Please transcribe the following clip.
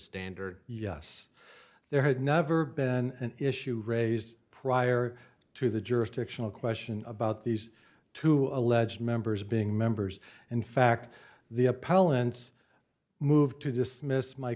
standard yes there had never been an issue raised prior to the jurisdictional question about these two alleged members being members in fact the appellant's moved to dismiss my